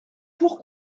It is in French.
pour